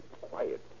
quiet